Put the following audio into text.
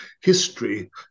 history